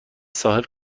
ساحل